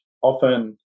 often